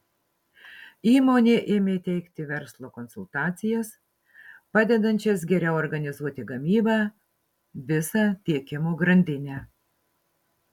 įmonė ėmė teikti verslo konsultacijas padedančias geriau organizuoti gamybą visą tiekimo grandinę